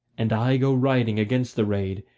and i go riding against the raid,